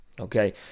okay